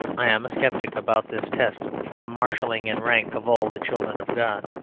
i am a sceptic about this test for the marshalling in rank of all the children of god.